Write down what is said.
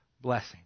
blessing